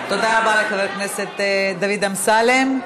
תודה רבה לחבר הכנסת דוד אמסלם.